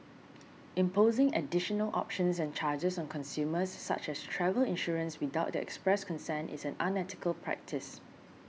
imposing additional options and charges on consumers such as travel insurance without their express consent is an unethical practice